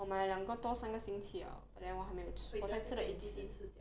我买了两个多三个星期 liao then 我还没有吃我才吃了一只